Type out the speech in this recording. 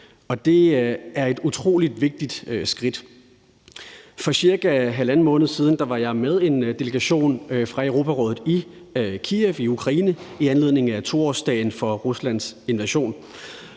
det er et utrolig vigtigt skridt. For cirka halvanden måned siden var jeg med en delegation fra Europarådet i Kyiv i Ukraine i anledning af 2-årsdagen for Ruslands invasion.